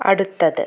അടുത്തത്